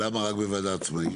למה רק בוועדה עצמאית?